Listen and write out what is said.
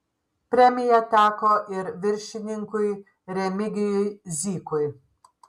premija teko ir viršininkui remigijui zykui